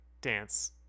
dance